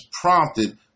prompted